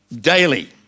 daily